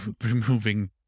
removing